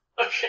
Okay